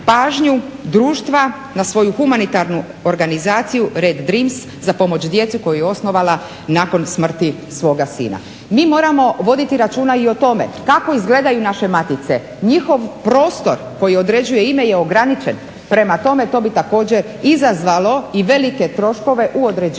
pažnju društva na svoju humanitarnu organizaciju "Red Dreams" za pomoć djeci koju je osnovala nakon smrti svoga sina. Mi moramo voditi računa i o tome kako izgledaju naše matice. Njihov prostor koji određuje ime je ograničen. Prema tome to bi također izazvalo i velike troškove u određenju